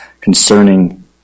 concerning